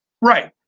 Right